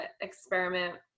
experiment